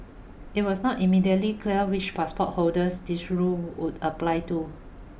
it was not immediately clear which passport holders this rule would apply to